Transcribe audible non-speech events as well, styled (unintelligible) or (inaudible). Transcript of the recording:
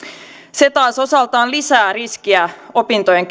se taas osaltaan lisää opintojen (unintelligible)